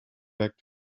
back